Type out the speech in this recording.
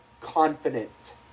confident